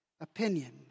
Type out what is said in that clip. opinion